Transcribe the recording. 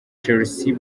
chelsea